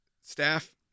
Staff